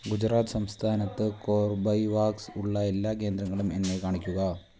ഗുജറാത്ത് സംസ്ഥാനത്ത് കോർബേവാക്സ് ഉള്ള എല്ലാ കേന്ദ്രങ്ങളും എന്നെ കാണിക്കുക